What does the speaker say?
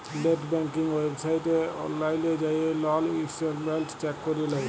late banking ওয়েবসাইটে অললাইল যাঁয়ে লল ইসট্যাটমেল্ট চ্যাক ক্যরে লেই